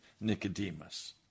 Nicodemus